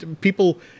people